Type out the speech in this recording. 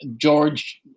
George